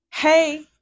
Hey